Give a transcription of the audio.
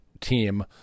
Team